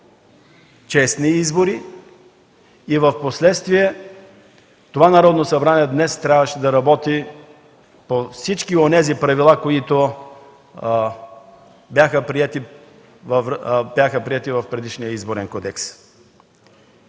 честни избори и впоследствие това Народно събрание днес трябваше да работи по всички онези правила, които бяха приети в предишния Изборен кодекс.